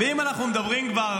ואם אנחנו כבר מדברים מרשימים,